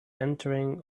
entering